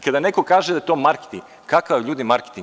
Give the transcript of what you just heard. Kada neko kaže da je to marketing, kakav ljudi marketing.